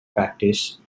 practice